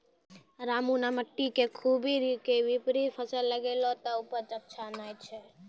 रामू नॅ मिट्टी के खूबी के विपरीत फसल लगैलकै त उपज अच्छा नाय होलै